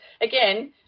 again